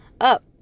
up